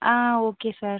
ah okay sir